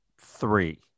three